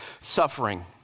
suffering